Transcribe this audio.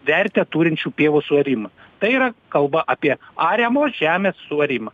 vertę turinčių pievų suarimą tai yra kalba apie ariamos žemės suarimą